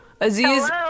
Aziz